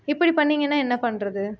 இப்படி பண்ணிங்கனால் என்ன பண்றது